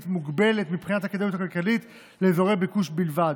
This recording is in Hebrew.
מוגבלת מבחינת הכדאיות הכלכלית לאזורי הביקוש בלבד.